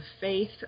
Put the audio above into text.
faith